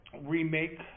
remake